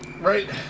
Right